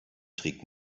trägt